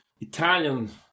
Italian